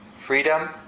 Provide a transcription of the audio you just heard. freedom